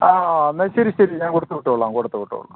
ആ എന്നാൽ ശരി ശരി ഞാൻ കൊടുത്തു വിട്ടോളാം കൊടുത്തു വിട്ടോളാം